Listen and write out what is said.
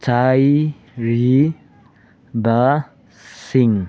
ꯆꯥꯏꯔꯤꯕꯁꯤꯡ